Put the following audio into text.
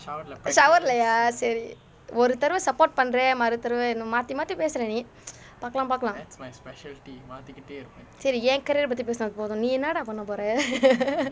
shower இல்லையா சரி ஒரு தடவை:illaiyaa sari oru thadavai support பண்ற மறு தடவை இன்னும் மாற்றி மாற்றி பேசுற நீ பார்க்கலாம் பார்க்கலாம் சரி என்:pandra maru thadavai innum maatri maatri pesura ni paarkallaam paarkallaam sari en career பற்றி பேசுனது போதும் நீ என்னடா பண்ண போற:patri pesunathu pothum ni ennadaa panna pora